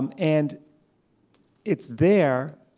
um and it's there.